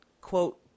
quote